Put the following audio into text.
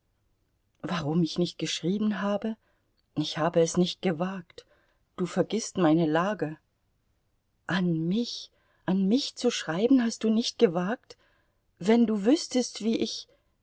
warum ich nicht geschrieben habe ich habe es nicht gewagt du vergißt meine lage an mich an mich zu schreiben hast du nicht gewagt wenn du wüßtest wie ich